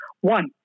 One